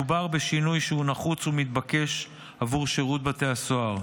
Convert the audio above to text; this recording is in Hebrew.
מדובר בשינוי שהוא נחוץ ומתבקש בעבור שירות בתי הסוהר.